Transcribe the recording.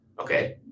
Okay